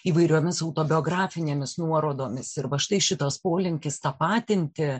įvairiomis autobiografinėmis nuorodomis arba štai šitas polinkis tapatinti